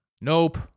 Nope